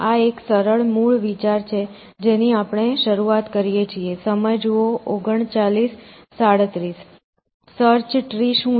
આ એક સરળ મૂળ વિચાર છે જેની આપણે શરૂઆત કરીએ છીએ સર્ચ ટ્રી શું છે